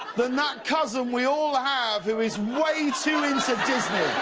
than that cousin we all have who is way too into disney,